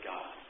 God